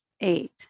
eight